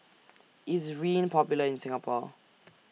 IS Rene Popular in Singapore